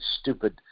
stupid